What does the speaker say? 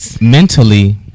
mentally